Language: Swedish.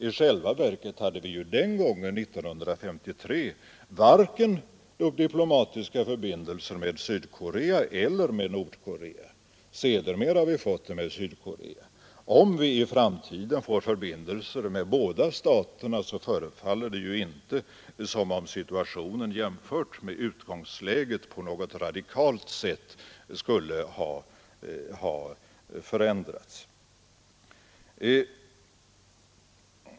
I själva 143 verket hade vi den gången — 1953 — inte diplomatiska förbindelser med vare sig Sydkorea eller Nordkorea. Sedermera har vi fått sådana förbindelser med Sydkorea. Om vi i framtiden får förbindelser med båda staterna, förefaller det ju inte som om situationen — jämförd med utgångsläget — på något radikalt sätt skulle ha förändrats.